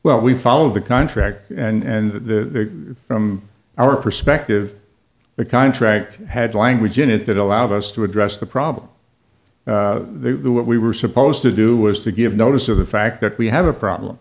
well we found the contract and the from our perspective the contract had language in it that allowed us to address the problem what we were supposed to do was to give notice of the fact that we have a problem